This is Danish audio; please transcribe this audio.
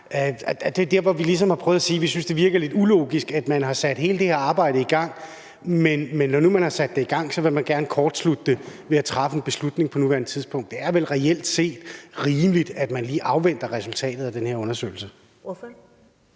vi synes, det virker lidt ulogisk, at man har sat hele det arbejde i gang, men nu, hvor man har sat det i gang, vil man gerne kortslutte det ved allerede nu at træffe en beslutning. Det er vel reelt set rimeligt, at man lige afventer resultatet af den her undersøgelse.